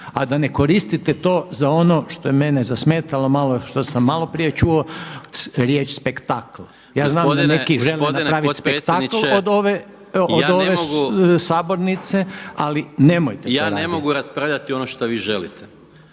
a da ne koristite to za ono što je mene zasmetalo malo što sam maloprije čuo riječ spektakl. Ja znam da neki žele napraviti spektakl od ove sabornice ali nemojte to raditi. **Maras, Gordan (SDP)** Gospodine